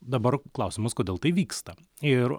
dabar klausimas kodėl tai vyksta ir